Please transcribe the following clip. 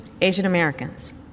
Asian-Americans